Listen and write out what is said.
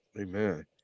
amen